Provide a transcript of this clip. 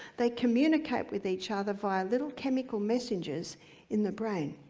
they communicate with each other via little chemical messengers in the brain.